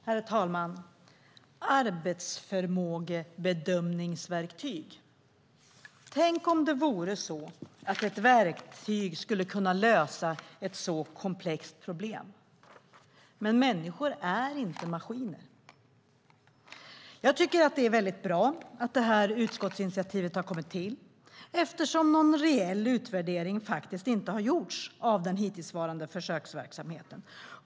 Herr talman! Arbetsförmågebedömningsverktyg - tänk om det vore så att ett verktyg skulle kunna lösa ett så komplext problem. Men människor är inte maskiner. Det är väldigt bra att utskottsinitiativet har kommit till, eftersom någon reell utvärdering inte har gjorts av den hittillsvarande försöksverksamheten.